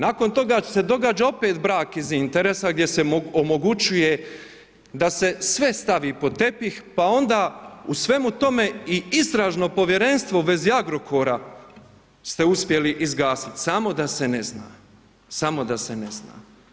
Nakon toga se događa opet brak iz interesa gdje se omogućuje da se sve stavi pod tepih pa onda u svemu tome i Istražno povjerenstvo u vezi Agrokora ste uspjeli izgasiti samo da se ne zna, samo da se ne zna.